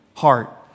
heart